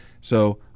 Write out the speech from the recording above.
So-